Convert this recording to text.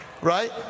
Right